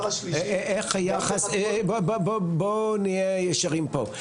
בוא נהיה ישרים פה.